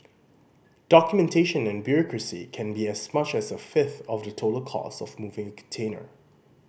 documentation and bureaucracy can be as much as a fifth of the total cost of moving container